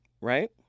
right